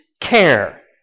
care